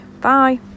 bye